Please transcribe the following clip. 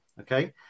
okay